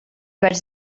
vaig